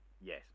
yes